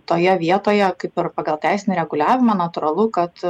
toje vietoje kaip ir pagal teisinį reguliavimą natūralu kad